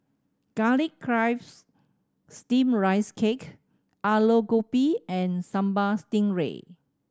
Garlic Chives Steamed Rice Cake Aloo Gobi and Sambal Stingray